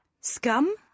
Scum